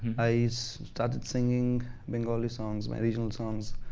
i started singing bengali songs, original songs